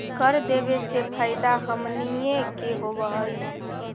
कर देबे से फैदा हमनीय के होब हई